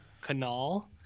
Canal